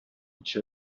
each